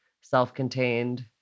self-contained